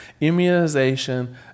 immunization